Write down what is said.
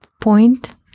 point